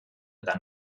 eta